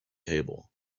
table